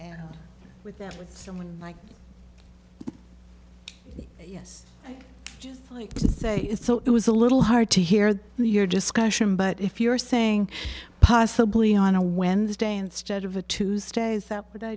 and with that with someone like yes i just like to say is so it was a little hard to hear your discussion but if you're saying possibly on a wednesday instead of a tuesday is that